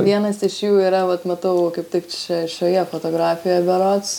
vienas iš jų yra vat matau kaip taip čia šioje fotografijoje berods